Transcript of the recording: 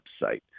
website